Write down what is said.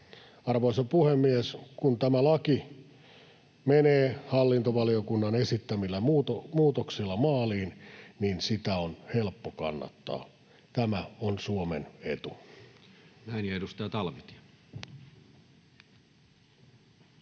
Arvoisa puhemies! Kun tämä laki menee hallintovaliokunnan esittämillä muutoksilla maaliin, niin sitä on helppo kannattaa. Tämä on Suomen etu. [Speech 47]